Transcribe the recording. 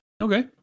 Okay